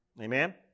Amen